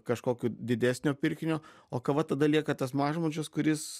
kažkokio didesnio pirkinio o kava tada lieka tas mažmožis kuris